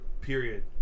period